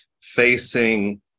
facing